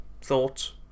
thoughts